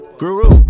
guru